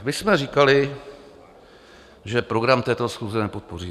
My jsme říkali, že program této schůze nepodpoříme.